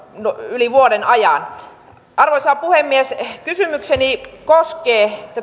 yli vuoden ajan arvoisa puhemies kysymykseni koskee